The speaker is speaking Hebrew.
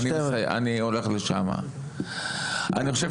אני חושב